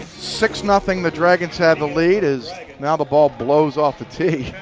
six nothing the dragons have the lead as now the ball blows off the tee.